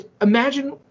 Imagine